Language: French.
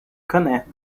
connaît